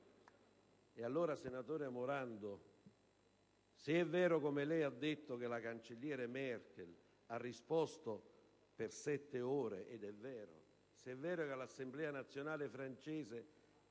E allora, senatore Morando, se è vero quanto lei ci ha detto, cioè che il cancelliere Merkel ha risposto per sette ore - ed è vero - e se è vero che all'Assemblea nazionale francese